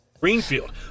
Greenfield